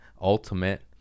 ultimate